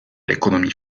l’économie